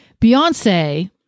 Beyonce